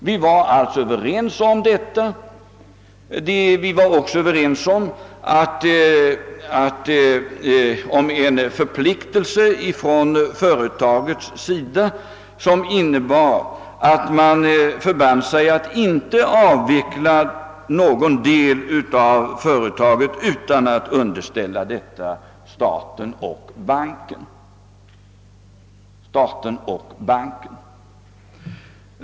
Vi var också överens om en förpliktelse för företaget, inmebärande att företaget inte skulle avveckla någon del av verksam heten utan att först underställa staten och Svenska handelsbanken ett sådant beslut.